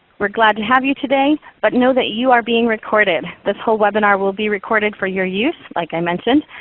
we're glad to have you today, but know that you are being recorded. this whole webinar will be recorded for your use, like i mentioned,